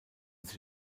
sich